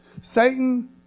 satan